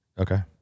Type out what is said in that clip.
Okay